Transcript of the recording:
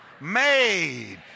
made